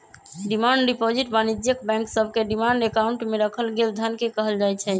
demand deposit वाणिज्यिक bank सभके demand account में राखल गेल धन के कहल जाइ छै